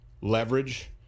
leverage